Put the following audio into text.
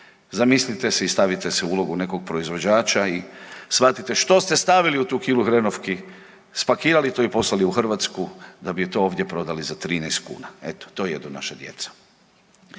zamislite si i stavite se u ulogu nekog proizvođača i shvatite što ste stavili u tu kilu hrenovki, spakirali to i poslali u Hrvatsku da bi to ovdje prodali za 13 kuna? Eto to jedu naša djeca.